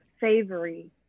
savory